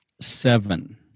seven